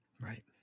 Right